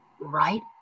right